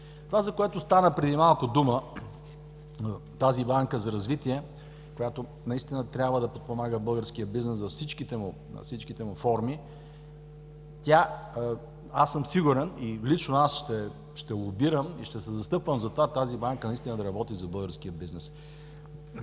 Това, за което стана преди малко дума – относно Банката за развитие, която трябва да подпомага българския бизнес във всичките му форми, аз съм сигурен и лично ще лобирам и ще се застъпвам за това тази Банка да работи за българския бизнес.